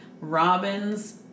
Robin's